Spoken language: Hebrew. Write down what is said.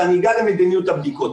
ואגע במדיניות הבדיקות,